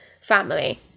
family